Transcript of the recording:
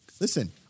Listen